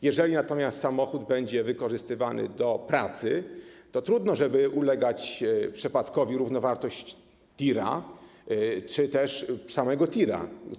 Jeżeli natomiast samochód będzie wykorzystywany do pracy, to trudno, żeby ulegała przepadkowi równowartość tira czy też sam tir.